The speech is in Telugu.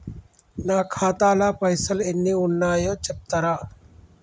నా ఖాతా లా పైసల్ ఎన్ని ఉన్నాయో చెప్తరా?